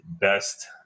best